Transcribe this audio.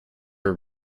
are